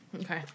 Okay